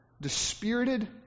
dispirited